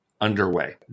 underway